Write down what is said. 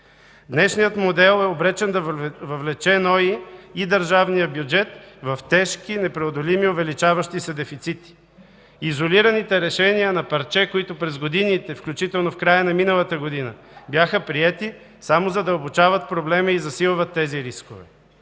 Днешният модел е обречен да въвлече Националния осигурителен институт и държавния бюджет в тежки и непреодолими, увеличаващи се дефицити. Изолираните решения на парче, които през годините, включително в края на миналата година, бяха приети, само задълбочават проблема и засилват тези рискове.